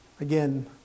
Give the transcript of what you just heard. again